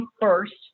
first